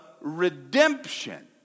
redemption